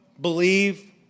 believe